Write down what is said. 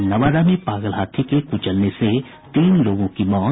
और नवादा में पागल हाथी के कुचलने से तीन लोगों की मौत